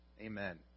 Amen